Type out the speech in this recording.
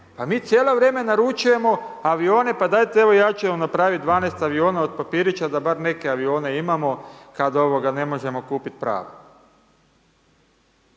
Pa mi cijelo vrijeme naručujemo avione, pa dajte evo ja ću vam napraviti 12 aviona od papirića da bar neke avione imamo, kad ne možemo kupiti prave.